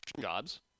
jobs